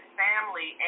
family